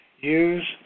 Use